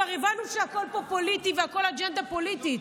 כבר הבנו שהכול פה פוליטי והכול אג'נדה פוליטית,